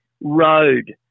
Road